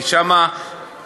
כי שם טמון,